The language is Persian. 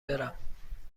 برم